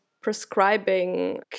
prescribing